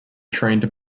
trained